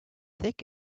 thick